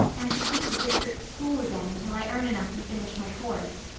and teach a district school again until i earn enough to finish my course.